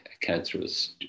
cancerous